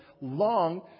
long